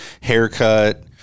haircut